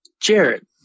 Jared